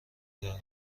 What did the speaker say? دارم